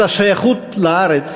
את השייכות לארץ,